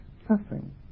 suffering